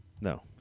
No